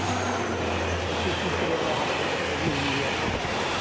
تو اسی چیز کے لیے میں آپ سے گفتگو ہوئی ہے